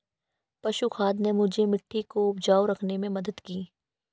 पशु खाद ने मुझे मिट्टी को उपजाऊ रखने में मदद की